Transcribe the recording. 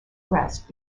rest